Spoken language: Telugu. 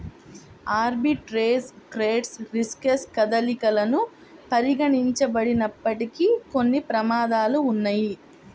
ఆర్బిట్రేజ్ ట్రేడ్స్ రిస్క్లెస్ కదలికలను పరిగణించబడినప్పటికీ, కొన్ని ప్రమాదాలు ఉన్నయ్యి